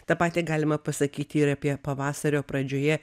tą patį galima pasakyti ir apie pavasario pradžioje